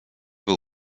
był